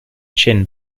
chin